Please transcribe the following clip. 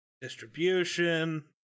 distribution